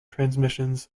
transmissions